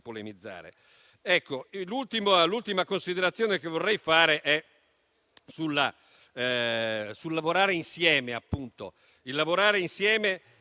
polemizzare. L'ultima considerazione che vorrei fare è sul lavorare insieme. È necessario lavorare insieme